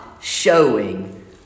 showing